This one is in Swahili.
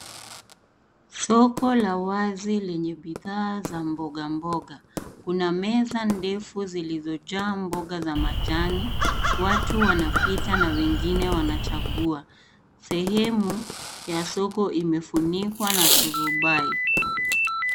Soko la wazi lenye bidhaa za mboga mboga. Kuna meza ndefu zilizojaa mboga za majani, watu wanapita na wengine wanachagua. Sehemu ya soko imefunikwa na turubai.